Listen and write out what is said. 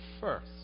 first